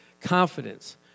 confidence